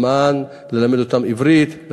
ללמד אותם עברית,